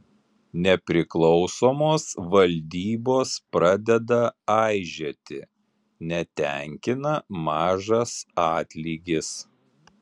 nepriklausomos valdybos pradeda aižėti netenkina mažas atlygis